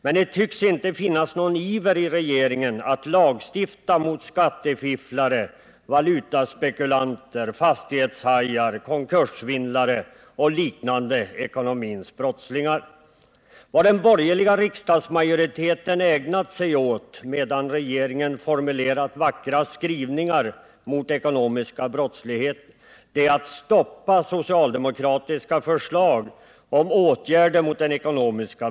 Men det tycks inte finnas någon iver i regeringen att lagstifta mot skattefifflare, valutaspekulanter, fastighetshajar, konkurssvindlare och liknande ekonomins brottslingar. Vad den borgerliga riksdagsmajoriteten ägnat sig åt medan regeringen formulerat vackra skrivningar mot den ekonomiska brottsligheten är att stoppa socialdemokratiska förslag om åtgärder mot denna.